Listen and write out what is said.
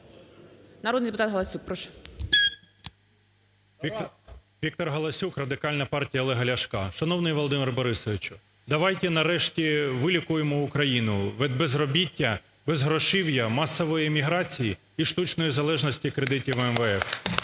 Прошу. 11:06:05 ГАЛАСЮК В.В. ВікторГаласюк, Радикальна партія Олега Ляшка. Шановний Володимире Борисовичу, давайте нарешті вилікуємо Україну від безробіття, безгрошів'я, масової еміграції і штучної залежності від кредитів МВФ.